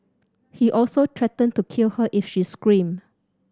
he also threatened to kill her if she screamed